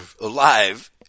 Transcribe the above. alive